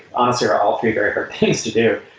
honestly are are all three very hard things to do.